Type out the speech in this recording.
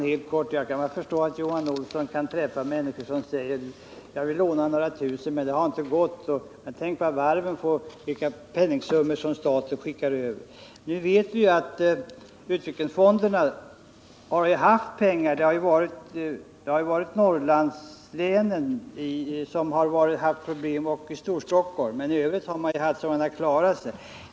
Herr talman! Jag kan väl förstå att Johan Olsson kan träffa människor som säger: Jag vill låna några tusen, men det har inte gått — och tänk vilka penningsummor som staten skickar över till varven! Nu vet vi ju att utvecklingsfonderna har haft pengar. Det har varit Norrlandslänen och Storstockholm som haft problem, men i övrigt har man haft så att man klarat sig.